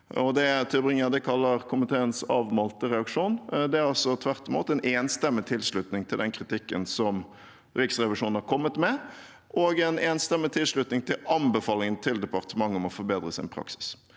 Det Tybring-Gjedde kaller komiteens avmålte reaksjon, er tvert imot en enstemmig tilslutning til den kritikken som Riksrevisjonen har kommet med, og en enstemmig tilslutning til anbefalingen til departementet om å forbedre sin praksis.